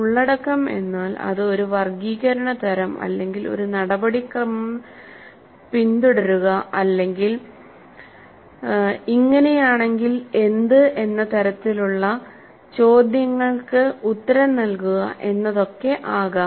ഉള്ളടക്കം എന്നാൽ അത് ഒരു വർഗ്ഗീകരണ തരം അല്ലെങ്കിൽ ഒരു നടപടിക്രമം പിന്തുടരുക അല്ലെങ്കിൽ ഇങ്ങനെയാണെങ്കിൽ എന്ത് എന്ന തരത്തിലുള്ള ചോദ്യങ്ങൾക്ക് ഉത്തരം നൽകുക എന്നതൊക്കെ അകാം